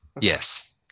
Yes